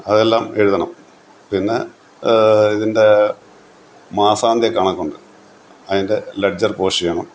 അതെല്ലാം എഴുതണം പിന്നെ ഇതിൻ്റെ മാസാന്ത്യക്കണക്കുണ്ട് അതിൻ്റെ ലെഡ്ജർ പോസ്റ്റെയ്യണം